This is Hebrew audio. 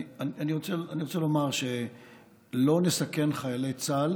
אני רוצה לומר שלא נסכן חיילי צה"ל